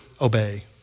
obey